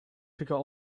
forgot